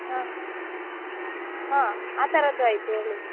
ಹಾಂ ಹಾಂ ಆ ಥರದ್ದು ಐತೆ ಹೇಳಿ